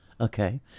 Okay